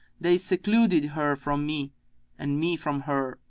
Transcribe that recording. they secluded her from me and me from her,